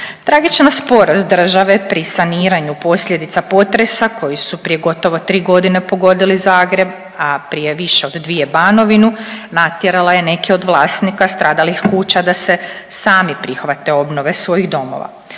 Tragična sporost države pri saniranju posljedica potresa koji su prije gotovo tri godine pogodili Zagreb, a prije više od dvije Banovinu natjerala je neke od vlasnika stradalih kuća da se sami prihvate obnove svojih domova.